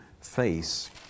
face